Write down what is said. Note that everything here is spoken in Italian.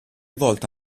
volta